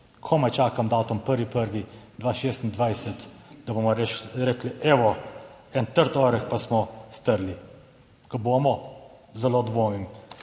Komaj čakam datum 1. 1. 2026, da bomo rekli, evo, en trd oreh, pa smo, strli. Ga bomo? Zelo dvomim.